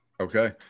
Okay